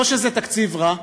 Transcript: או שזה תקציב רע,